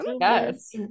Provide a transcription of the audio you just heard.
Yes